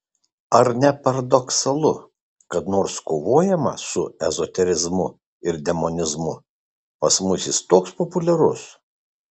ar ne paradoksalu kad nors kovojama su ezoterizmu ir demonizmu pas mus jis toks populiarus